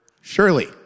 surely